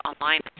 online